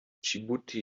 dschibuti